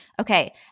Okay